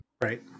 Right